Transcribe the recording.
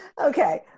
Okay